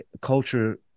culture